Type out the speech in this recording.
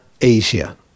Asia